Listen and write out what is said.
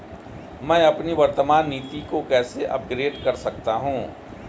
मैं अपनी वर्तमान नीति को कैसे अपग्रेड कर सकता हूँ?